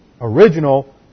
original